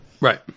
Right